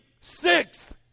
sixth